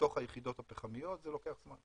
לתוך היחידות הפחמיות, זה לוקח זמן.